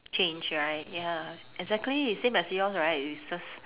change right ya exactly same as yours right we